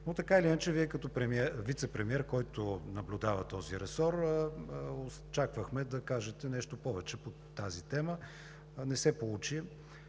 но така или иначе Вие като вицепремиер, който наблюдава този ресор, очаквахме да кажете нещо повече по тази тема. Не се получи.